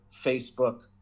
Facebook